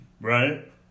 Right